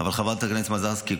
אבל חברת הכנסת מזרסקי,